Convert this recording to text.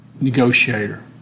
Negotiator